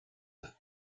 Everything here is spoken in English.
with